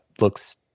looks